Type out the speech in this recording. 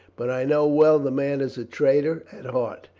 but i know well the man is a traitor at heart.